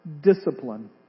discipline